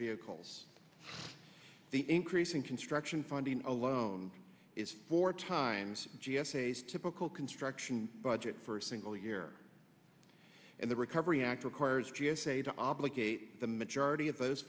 vehicles the increase in construction funding alone is four times g s a is typical construction budget for a single year and the recovery act requires g s a to obligate the majority of those